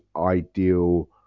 ideal